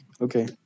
Okay